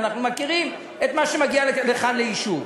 אנחנו מכירים את מה שמגיע לכאן לאישור.